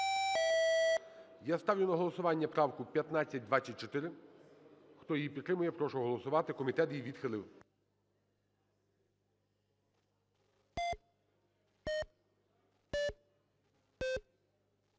Я ставлю на голосування правку 1524. Хто її підтримує, прошу голосувати. Комітет її відхилив.